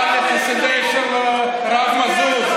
אתה מחסידי הרב מזוז.